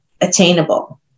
attainable